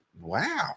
Wow